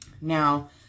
Now